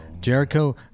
Jericho